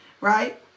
right